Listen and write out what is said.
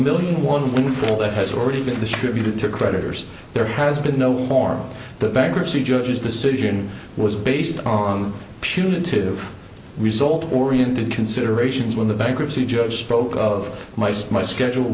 million one week for all that has already been distributed to creditors there has been no formal the bankruptcy judges decision was based on punitive result oriented considerations when the bankruptcy judge spoke of mice my schedule